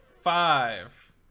five